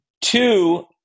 Two